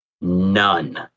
none